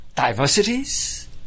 diversities